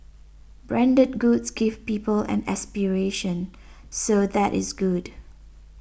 branded goods give people an aspiration so that is good